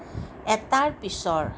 এটাৰ পিছৰ